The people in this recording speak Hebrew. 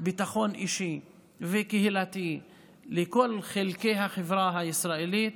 ביטחון אישי וקהילתי לכל חלקי החברה הישראלית,